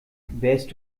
wärst